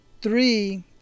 three